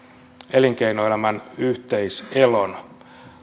elinkeinoelämän yhteis elon